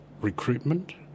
recruitment